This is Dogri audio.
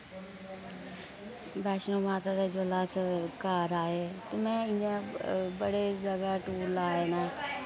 वैश्णों माता दे जुल्लै अस घर आये ते मैं इयां बड़े जैदा टूर लाये न